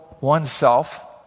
oneself